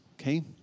okay